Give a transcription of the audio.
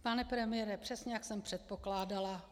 Pane premiére, přesně jak jsem předpokládala.